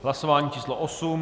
Hlasování číslo 8.